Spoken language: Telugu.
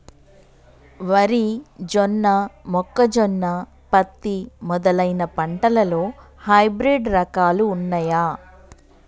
వరి జొన్న మొక్కజొన్న పత్తి మొదలైన పంటలలో హైబ్రిడ్ రకాలు ఉన్నయా?